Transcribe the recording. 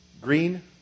green